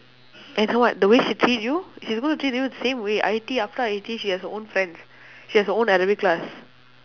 and her what the way she treat you she's going to treat you the same way I_T_E after I_T_E she has her own friends she has her own arabic class